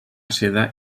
seda